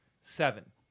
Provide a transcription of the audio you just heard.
seven